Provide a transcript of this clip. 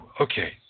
okay